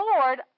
Lord